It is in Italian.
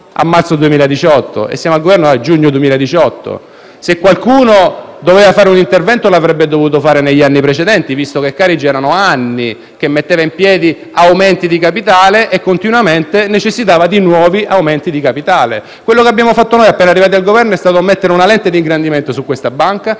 a marzo 2018 e siamo al Governo dal giugno 2018; se qualcuno avesse dovuto fare un intervento, avrebbe dovuto farlo negli anni precedenti, visto che Carige da anni metteva in piedi aumenti di capitale e continuamente ne necessitava di nuovi. Quello che abbiamo fatto noi, appena arrivati al Governo, è stato mettere una lente d'ingrandimento su questa banca;